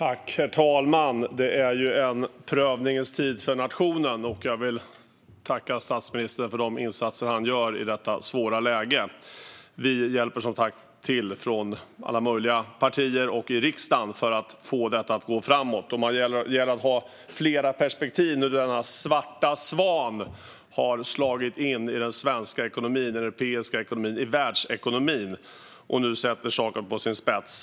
Herr talman! Det är en prövningens tid för nationen. Jag vill tacka statsministern för de insatser han gör i detta svåra läge. Vi hjälper som sagt till från alla möjliga partier och i riksdagen för att få detta att gå framåt. Det gäller att ha flera perspektiv när nu denna svarta svan har slagit in i den svenska ekonomin, den europeiska ekonomin och världsekonomin och sätter saker på sin spets.